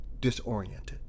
disoriented